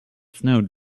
snowed